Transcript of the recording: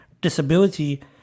disability